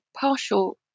partial